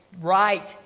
right